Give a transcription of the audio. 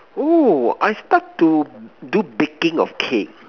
oh I start to do baking of cake